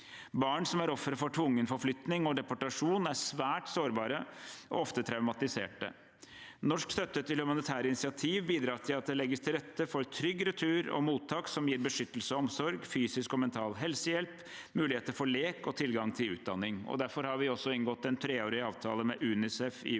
Barn som er ofre for tvungen forflytning og deportasjon, er svært sårbare og ofte traumatiserte. Norsk støtte til humanitære initiativ bidrar til at det legges til rette for trygg retur og mottak som gir beskyttelse og omsorg, fysisk og mental helsehjelp, muligheter for lek og tilgang til utdanning. Derfor har vi også inngått en treårig avtale med UNICEF i